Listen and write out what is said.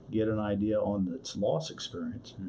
get an idea on its loss experience,